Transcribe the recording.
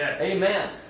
amen